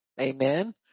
Amen